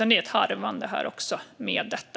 Det är ett harvande också med detta.